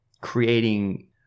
creating